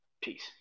Peace